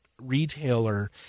retailer